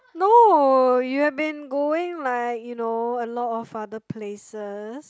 no you have been going like you know a lot of farther places